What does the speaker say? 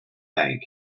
bank